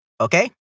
okay